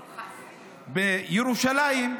ירושלים,